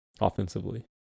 offensively